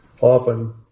Often